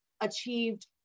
achieved